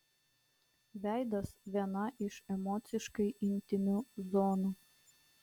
veidas viena iš emociškai intymių zonų